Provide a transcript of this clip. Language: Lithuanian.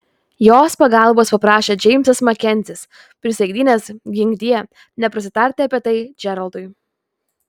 jos pagalbos paprašė džeimsas makenzis prisaikdinęs ginkdie neprasitarti apie tai džeraldui